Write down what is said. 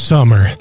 Summer